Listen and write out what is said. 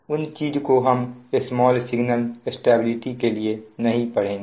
उन चीजों को हम स्मॉल सिगनल स्टेबिलिटी के लिए नहीं पढ़ेंगे